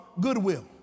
Goodwill